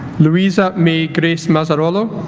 louisa may grace mazzarolo